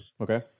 Okay